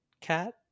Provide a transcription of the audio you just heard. Cat